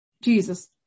Jesus